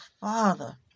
Father